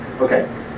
Okay